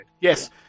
Yes